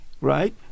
right